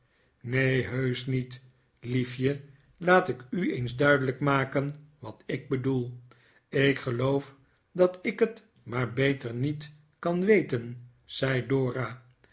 neen heusch niet liefje laat ik u eens duidefijk maken wat ik bedoel ik geloof dat ik het maar beter niet kan weten zei dora